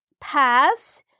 pass